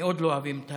מאוד לא אוהבים את